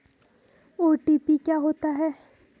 OTP क्या होता है?